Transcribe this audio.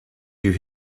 you